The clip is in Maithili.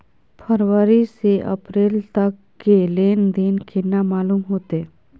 फरवरी से अप्रैल तक के लेन देन केना मालूम होते?